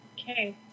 Okay